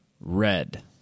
Red